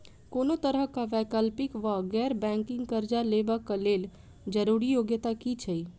कोनो तरह कऽ वैकल्पिक वा गैर बैंकिंग कर्जा लेबऽ कऽ लेल जरूरी योग्यता की छई?